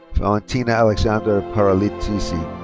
valentina alexandra paralitici.